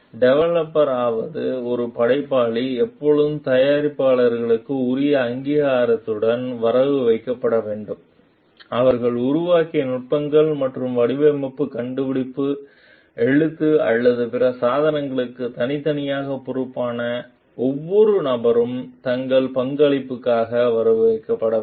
developer அதாவது ஒரு படைப்பாளி எப்போதும் தயாரிப்புகளுக்கு உரிய அங்கீகாரத்துடன் வரவு வைக்கப்பட வேண்டும் அவர்கள் உருவாக்கிய நுட்பங்கள் மற்றும் வடிவமைப்பு கண்டுபிடிப்பு எழுத்து அல்லது பிற சாதனைகளுக்கு தனித்தனியாக பொறுப்பான ஒவ்வொரு நபரும் தங்கள் பங்களிப்புக்காக வரவு வைக்கப்பட வேண்டும்